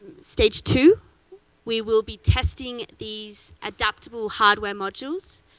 stage two we will be testing these adaptable hardware modules,